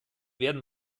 werden